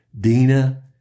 Dina